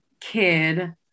kid